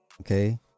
Okay